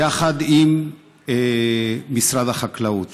יחד עם משרד החקלאות.